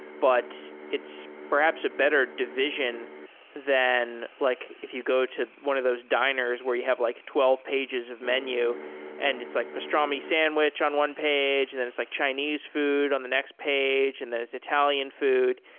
but it's perhaps a better division than like if you go to one of those diners where you have like twelve pages of menu and it's like pastrami sandwich on one page, and then it's like chinese food on the next page, and then it's italian food.